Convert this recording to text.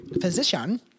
Physician